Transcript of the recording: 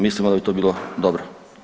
Mislimo da bi to bilo dobro.